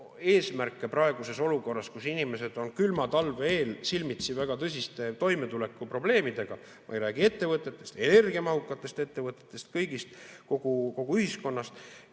eesmärgid praeguses olukorras, kus inimesed on külma talve eel silmitsi väga tõsiste toimetulekuprobleemidega – ma ei räägi ettevõtetest, energiamahukatest ettevõtetest, vaid kõigist, kogu ühiskonnast